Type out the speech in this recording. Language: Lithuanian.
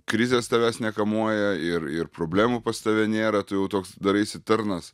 krizės tavęs nekamuoja ir ir problemų pas tave nėra tu jau toks daraisi tarnas